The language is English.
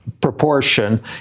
proportion